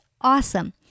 awesome